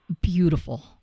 beautiful